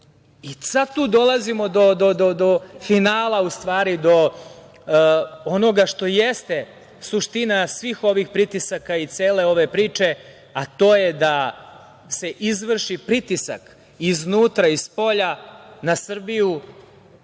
UN.Sada tu dolazimo do finala, u stvari do onoga što jeste suština svih ovih pritisaka i cele ove priče, a to je da se izvrši pritisak iznutra i spolja na Srbiju